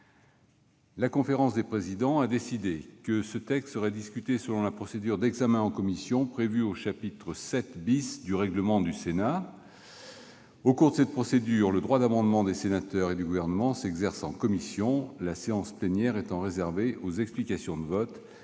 La conférence des présidents a décidé que ce texte serait discuté selon la procédure de législation en commission prévue au chapitre VII du règlement du Sénat. Au cours de cette procédure, le droit d'amendement des sénateurs et du Gouvernement s'exerce en commission, la séance plénière étant réservée aux explications de vote